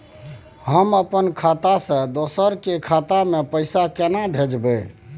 हम अपन खाता से दोसर के खाता में पैसा केना भेजिए?